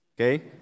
Okay